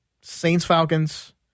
Saints-Falcons